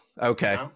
Okay